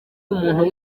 umuntu